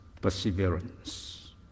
perseverance